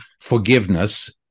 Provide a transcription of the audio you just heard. forgiveness